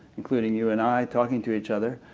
including you and i talking to each other,